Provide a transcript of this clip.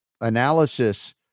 analysis